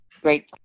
great